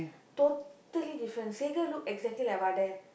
totally different Sekar look exactly like Vadai